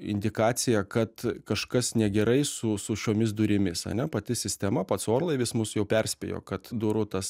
indikacija kad kažkas negerai su su šiomis durimis ane pati sistema pats orlaivis mus jau perspėjo kad durų tas